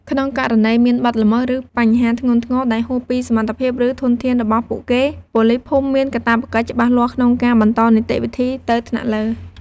ក្នុងករណីមាន បទល្មើស ឬបញ្ហាធ្ងន់ធ្ងរ ដែលហួសពីសមត្ថភាព ឬធនធានរបស់ពួកគេ ប៉ូលីសភូមិមានកាតព្វកិច្ចច្បាស់លាស់ក្នុងការបន្តនីតិវិធីទៅថ្នាក់លើ។